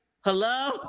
hello